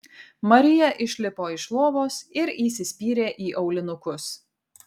marija išlipo iš lovos ir įsispyrė į aulinukus